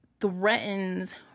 threatens